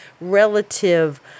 relative